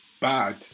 bad